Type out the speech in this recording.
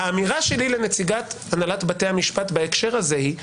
האמירה שלי לנציגת הנהלת בתי המשפט בהקשר הזה היא,